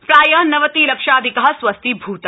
प्राय नवति लक्षाधिका स्वस्थीभूता